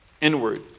Inward